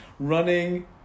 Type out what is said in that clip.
running